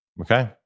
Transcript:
Okay